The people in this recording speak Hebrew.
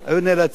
והיו עוזבים.